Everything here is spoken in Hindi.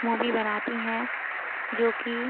मूवी बनाती हैं जो कि